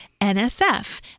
NSF